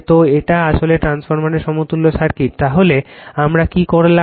তো এটা আসলে ট্রান্সফরমারের সমতুল্য সার্কিট তাহলে আমরা কি করলাম